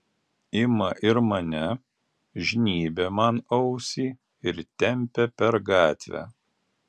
ima ir mane žnybia man ausį ir tempia per gatvę